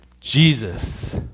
Jesus